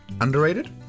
underrated